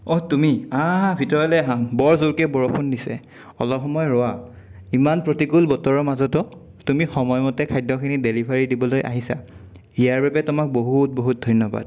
অহ তুমি আহাঁ আহাঁ ভিতৰলৈ আহাঁ বৰ জোৰকৈ বৰষুণ দিছে অলপ সময় ৰোৱা ইমান প্ৰতিকূল বতৰৰ মাজতো তুমি সময়মতে খাদ্যখিনি ডেলিভাৰী দিবলৈ আহিছা ইয়াৰ বাবে তোমাক বহুত বহুত ধন্যবাদ